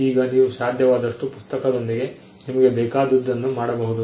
ಈಗ ನೀವು ಸಾಧ್ಯವಾದಷ್ಟು ಪುಸ್ತಕದೊಂದಿಗೆ ನಿಮಗೆ ಬೇಕಾದುದನ್ನು ಮಾಡಬಹುದು